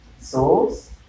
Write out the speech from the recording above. souls